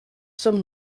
some